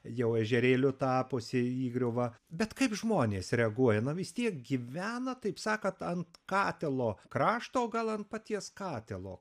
jau ežerėliu tapusi įgriuva bet kaip žmonės reaguoja na vis tiek gyvena taip sakant ant katilo krašto o gal ant paties katilo